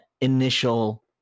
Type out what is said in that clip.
initial